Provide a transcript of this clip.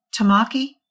Tamaki